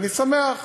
ואני שמח